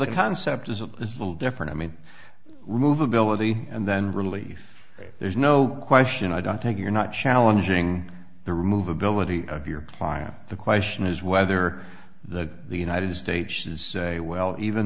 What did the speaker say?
the concept is a little different i mean remove ability and then relief there's no question i don't think you're not challenging the remove ability of your client the question is whether the united states is say well even